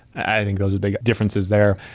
i think those are the big differences there.